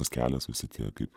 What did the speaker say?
tas kelias visi tie kaip